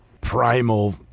primal